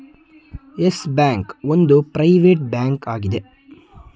Yes Bank ಒಂದು private bank ಆಗಿದೆ